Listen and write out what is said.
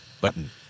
Button